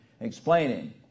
explaining